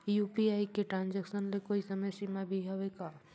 UPI के transaction ले कोई समय सीमा भी हवे का?